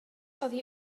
oddi